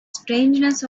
strangeness